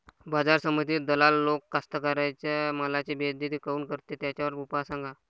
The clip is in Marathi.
बाजार समितीत दलाल लोक कास्ताकाराच्या मालाची बेइज्जती काऊन करते? त्याच्यावर उपाव सांगा